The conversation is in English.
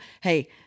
hey